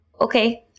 Okay